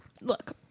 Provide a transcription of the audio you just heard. look